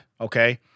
okay